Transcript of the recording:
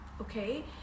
okay